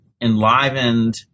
enlivened